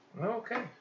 Okay